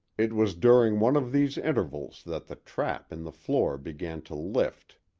it was during one of these intervals that the trap in the floor began to lift.